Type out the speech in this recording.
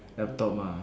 laptop mah